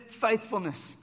faithfulness